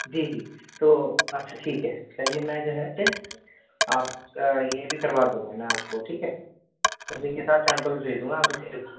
جی جی تو اچھا ٹھیک ہے چلیے میں جو ہے پھر آپ یہ بھی کروا دوں گا میں آپ کو ٹھیک ہے دیکھیے سات سیمپلس دے دوں گا آپ